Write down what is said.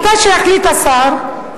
מתי שיחליט השר,